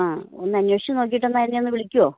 അഹ് ഒന്ന് അന്വേഷിച്ചു നോക്കിയിട്ട് എന്നാൽ എന്നെ ഒന്ന് വിളിക്കുമോ